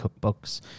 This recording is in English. cookbooks